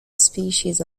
species